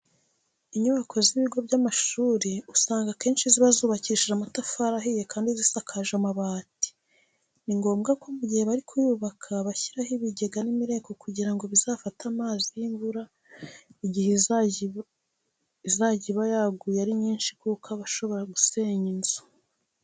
Inyubako z'ibigo by'amashuri usanga akenshi ziba zubakishije amatafari ahiye kandi zisakaje amabati. Ni ngombwa ko mu gihe bari kuyubaka bashyiraho ibigega n'imireko kugira ngo bizafate amazi y'imvura igihe izajya iba yaguye ari nyinshi kuko aba ashobora gusenya inzu.